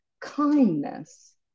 kindness